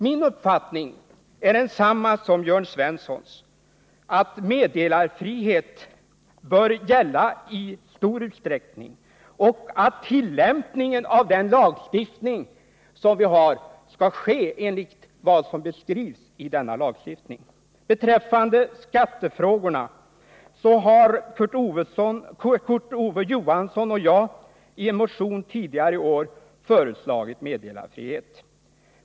Min uppfattning är densamma som Jörn Svenssons, nämligen att meddelarfrihet bör gälla i stor utsträckning och att tillämpningen av vår lagstiftning skall ske enligt vad som beskrivs i denna lagstiftning. Beträffande skattefrågorna har Kurt Ove Johansson och jag i motion tidigare i år föreslagit meddelarfrihet.